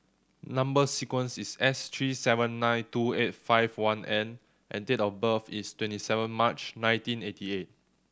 number sequence is S three seven nine two eight five one N and date of birth is twenty seven March nineteen eighty eight